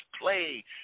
play